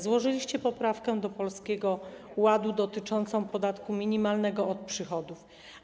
Złożyliście poprawkę do Polskiego Ładu dotyczącą podatku minimalnego od przychodu.